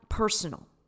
Personal